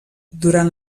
durant